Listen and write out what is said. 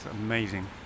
amazing